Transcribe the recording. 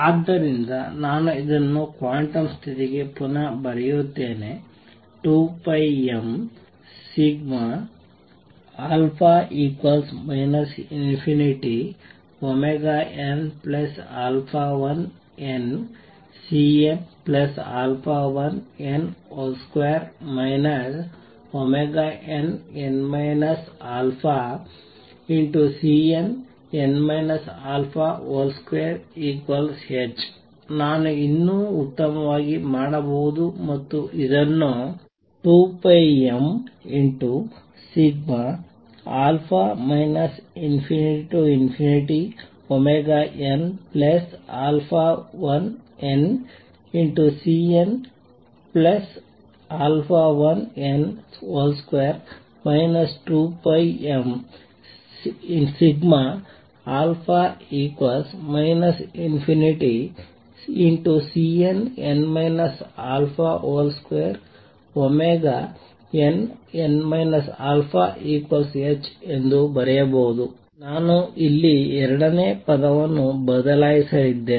ಆದ್ದರಿಂದ ನಾನು ಇದನ್ನು ಕ್ವಾಂಟಮ್ ಸ್ಥಿತಿಗೆ ಪುನಃ ಬರೆಯುತ್ತೇನೆ 2πmα ∞nαn|Cnαn |2 nn α|Cnn α |2h ನಾನು ಇನ್ನೂ ಉತ್ತಮವಾಗಿ ಮಾಡಬಹುದು ಮತ್ತು ಇದನ್ನು 2πmα ∞nαn|Cnαn |2 2πmα ∞|Cnn α |2nn αh ಎಂದು ಬರೆಯಬಹುದು ನಾನು ಇಲ್ಲಿ ಎರಡನೇ ಪದವನ್ನು ಬದಲಾಯಿಸಲಿದ್ದೇನೆ